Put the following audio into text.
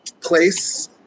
place